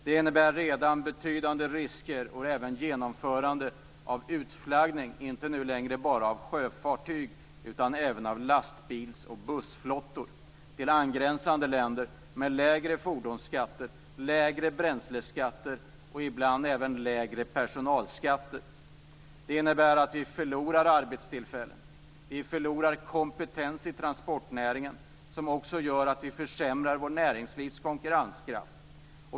Det innebär redan betydande risker och även genomförande av utflaggning, inte nu längre bara av sjöfartyg, utan även av lastbils och bussflottor till angränsande länder med lägre fordonsskatter, lägre bränsleskatter och ibland även lägre personalskatter. Det innebär att vi förlorar arbetstillfällen. Vi förlorar kompetens i transportnäringen, som också gör att vi försämrar vårt näringslivs konkurrenskraft.